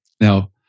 Now